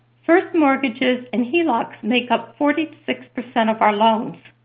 first mortgages and helocs make up forty six percent of our loans.